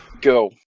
go